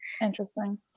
Interesting